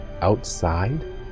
Outside